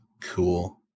Cool